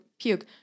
puke